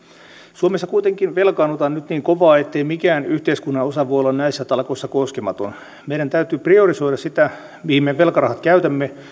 suomessa kuitenkin velkaannutaan nyt niin kovaa ettei mikään yhteiskunnan osa voi olla näissä talkoissa koskematon meidän täytyy priorisoida sitä mihin me velkarahat käytämme